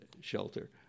Shelter